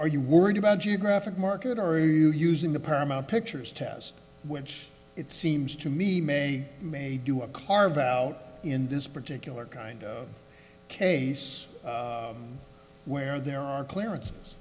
are you worried about geographic market are you using the paramount pictures tast which it seems to me may may do a carve out in this particular kind of case where there are clearances